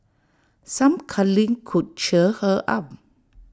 some cuddling could cheer her up